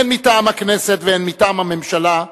הן מטעם הכנסת והן מטעם הממשלה,